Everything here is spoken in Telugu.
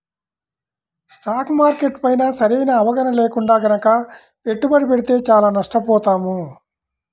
స్టాక్ మార్కెట్ పైన సరైన అవగాహన లేకుండా గనక పెట్టుబడి పెడితే చానా నష్టపోతాం